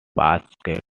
basket